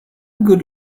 good